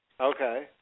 Okay